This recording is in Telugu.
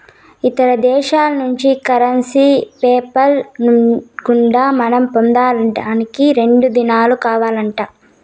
ఇతర దేశాల్నుంచి కరెన్సీ పేపాల్ గుండా మనం పొందేదానికి రెండు దినాలు కావాలంట